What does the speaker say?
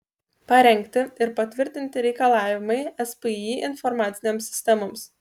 parengti ir patvirtinti reikalavimai spį informacinėms sistemoms